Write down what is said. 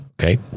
okay